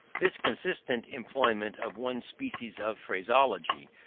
this constant employment of one species of phraseology,